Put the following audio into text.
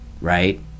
right